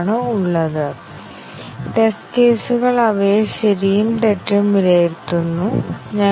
ചില ഇൻപുട്ട് മൂല്യങ്ങൾ നൽകുമ്പോൾ മാത്രമേ പ്രോഗ്രാമർമാർ കോഡ് എഴുതിയിട്ടുള്ളൂ അപ്പോൾ ആ കോഡ് പ്രവർത്തിക്കുകയും ചില ഡാറ്റ പുറത്ത് പ്രസരിപ്പിക്കുകയും ചെയ്യാം